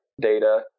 data